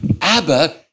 Abba